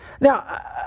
Now